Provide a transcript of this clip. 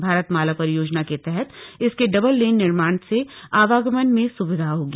भारतमाला परियोजना के तहत इसके डबल लेन निर्माण से आवागमन में भी स्विधा होगी